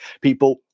people